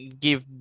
give